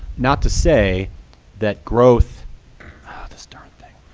not to say that growth this darn thing